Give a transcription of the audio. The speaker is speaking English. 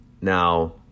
now